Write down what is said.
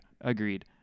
Agreed